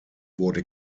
wurde